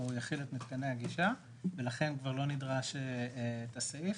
יכיל את מתקני הגישה ולכן כבר לא נדרש את הסעיף.